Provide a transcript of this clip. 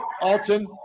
Alton